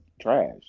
trash